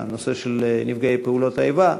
בנושא של נפגעי פעולות האיבה,